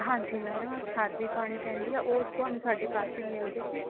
ਹਾਂਜੀ ਮੈਡਮ ਖਾਦ ਵੀ ਪਾਉਣੀ ਪੈਂਦੀ ਹੈ ਉਹ ਤੁਹਾਨੂੰ ਸਾਡੇ ਪਾਸ ਹੀ ਮਿਲ ਜਾਊਗੀ